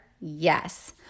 Yes